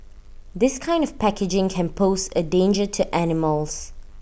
this kind of packaging can pose A danger to animals